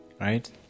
right